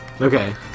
okay